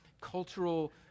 cultural